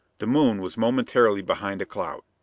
the moon was momentarily behind a cloud.